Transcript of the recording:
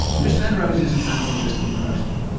this then raises a kind of interesting question.